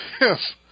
Yes